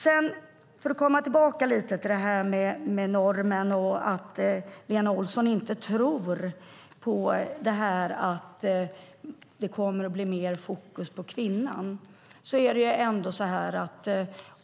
Jag ska återkomma lite grann till normen och att Lena Olsson inte tror att det kommer att bli mer fokus på kvinnan.